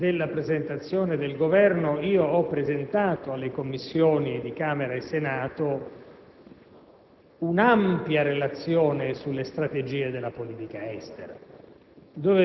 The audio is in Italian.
i suggerimenti e le osservazioni del Parlamento e tenerne conto nello sviluppo del nostro lavoro.